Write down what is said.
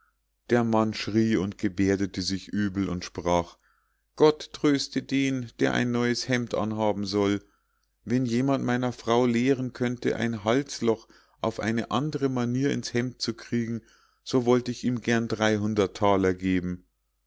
der mann schrie und geberdete sich übel und sprach gott tröste den der ein neues hemd anhaben soll wenn jemand meiner frau lehren könnte ein halsloch auf eine andre manier ins hemd zu kriegen so wollt ich ihm gern dreihundert thaler geben